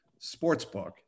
sportsbook